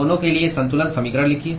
दोनों के लिए संतुलन समीकरण लिखिए